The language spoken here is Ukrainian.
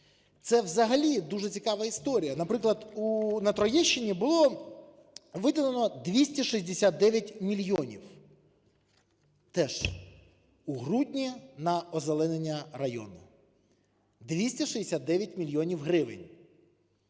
Це взагалі дуже цікава історія. Наприклад, на Троєщині було виділено 269 мільйонів теж у грудні на озеленення району. 269 мільйонів гривень